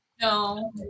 No